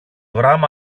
γράμμα